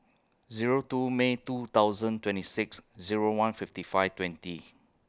Zero two May two thousand twenty six Zero one fifty five twenty